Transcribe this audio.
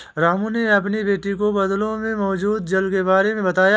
रामू ने अपनी बेटी को बादलों में मौजूद जल के बारे में बताया